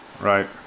Right